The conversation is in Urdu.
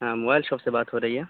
ہاں موبائل شاپ سے بات ہو رہی ہے